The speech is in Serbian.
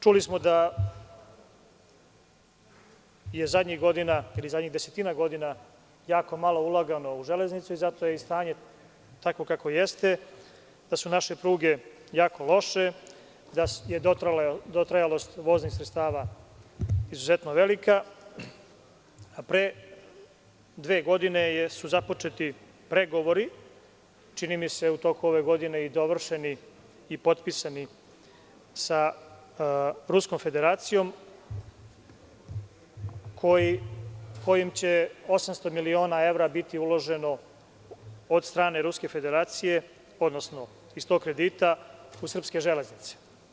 Čuli smo da je zadnjih godina jako malo uloženo u Železnicu i zato je stanje takvo kakvo jeste, da su naše pruge jako loše, da je dotrajalost voznih sredstava izuzetno velika, a pre dve godine su započeti pregovori, a čini mi se u toku ove godine i dovršeni i potpisani sa Ruskom federacijom gde će 800 miliona evra biti uloženo od strane Ruske federacije, odnosno iz tog kredita u srpske železnice.